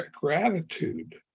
gratitude